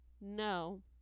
no